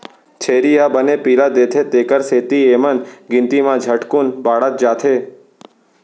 छेरी ह बने पिला देथे तेकर सेती एमन गिनती म झटकुन बाढ़त जाथें